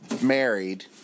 married